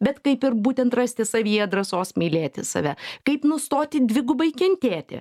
bet kaip ir būtent rasti savyje drąsos mylėti save kaip nustoti dvigubai kentėti